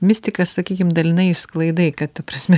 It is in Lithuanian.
mistikas sakykim dalinai išsklaidai kad ta prasme